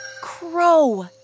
crow